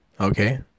Okay